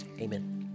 amen